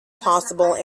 possible